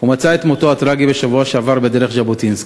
ומצא את מותו הטרגי בשבוע שעבר בדרך ז'בוטינסקי.